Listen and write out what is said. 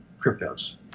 cryptos